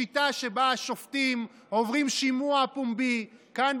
שיטה שבה שופטים עוברים שימוע פומבי כאן,